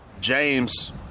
james